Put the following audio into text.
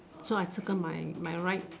so I circle my my right